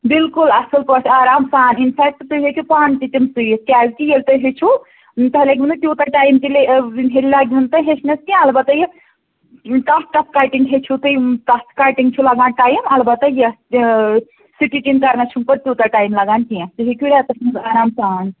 بِلکُل اَصٕل پٲٹھۍ آرام سان اِن فٮ۪کٹ تُہۍ ہیٚکِو پانہٕ تِم سُوِتھ کیٛازِ کہِ ییٚلہِ تُہۍ ہیٚچھُو تۄہہِ لگوٕنہٕ تیٛوٗتاہ ٹایِم ییٚلہِ وُنکٮ۪ن لگوٕ نہٕ تۅہہِ ہیٚچھنس کیٛاہ اَلبتہٕ کانٛہہ کانٛہہ کٹِنٛگ ہیٚچھِو تُہۍ تَتھ کَٹِنٛگ چھُ لگان ٹایِم اَلبتہٕ یَتھ سِٹِچِنٛگ کَرنَس چھُنہٕ پَتہٕ تیٛوٗتاہ ٹایِم لگان کیٚنٛہہ تُہۍ ہیٚکِو رٮ۪تَس منٛز آرام سان